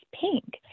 pink